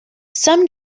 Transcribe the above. some